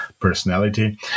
personality